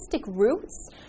roots